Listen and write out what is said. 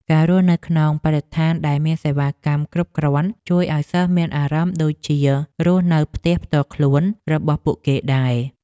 ការរស់នៅក្នុងបរិស្ថានដែលមានសេវាកម្មគ្រប់គ្រាន់ជួយឱ្យសិស្សមានអារម្មណ៍ដូចជារស់នៅផ្ទះផ្ទាល់ខ្លួនរបស់ពួកគេដែរ។